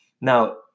Now